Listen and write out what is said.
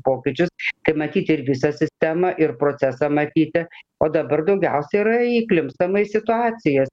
pokyčius kad matyti irgi visą sistemą ir procesą matyti o dabar daugiausiai yra įklimpstama į situacijas